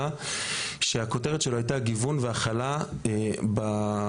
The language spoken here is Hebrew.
שהכותרת שלו הייתה גיוון והכלה באקדמיה,